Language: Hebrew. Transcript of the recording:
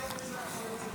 זה משהו שחסר בתחום.